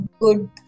good